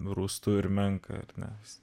rūstų ir menką akmens